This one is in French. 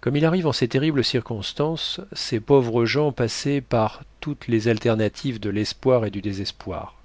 comme il arrive en ces terribles circonstances ces pauvres gens passaient par toutes les alternatives de l'espoir et du désespoir